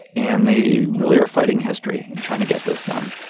and they really are fighting history in trying to get this done,